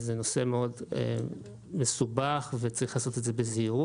זה נושא מסובך וצריך לעשות אותו בזהירות,